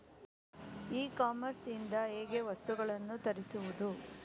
E commerce ಇಂದ ಹೇಗೆ ವಸ್ತುಗಳನ್ನು ತರಿಸುವುದು?